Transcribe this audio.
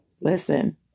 Listen